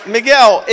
Miguel